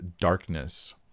darkness